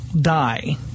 die